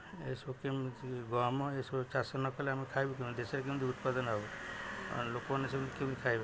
ଏସବୁ କେମିତି ହେବ ଆମ ଏସବୁ ଚାଷ ନ କଲେ ଆମେ ଖାଇବୁ କେମିତି ସେ କେମିତି ଉତ୍ପାଦନ ହେବ ଆଉ ଲୋକମାନେ ସେମିତି କେମିତି ଖାଇବେ